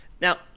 Now